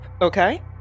okay